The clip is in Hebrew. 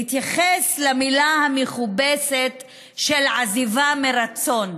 להתייחס למילה המכובסת "עזיבה מרצון".